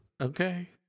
Okay